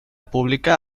pública